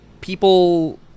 people